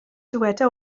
dyweda